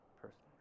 personally